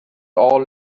all